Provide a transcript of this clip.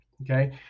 Okay